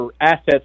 assets